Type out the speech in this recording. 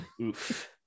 Oof